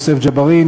יוסף ג'בארין,